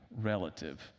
relative